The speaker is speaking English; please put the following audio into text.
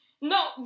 No